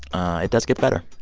it does get better.